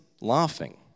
laughing